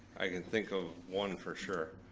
i can think of one for sure.